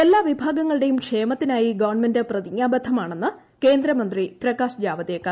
എല്ലാ വിഭാഗങ്ങളുടേയും ക്ഷേമത്തിനായി ഗവൺമെന്റ് പ്രതിജ്ഞാബദ്ധമാണെന്ന് കേന്ദ്രമന്ത്രി പ്രകാശ് ജാവ്ദേക്കർ